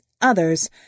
others